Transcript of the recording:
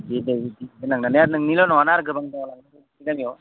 डिआइ गारिखौनो लांनोसै आरो नोंनिल' नङाना आरो गोबां दङ लांनो गामियाव